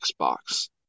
Xbox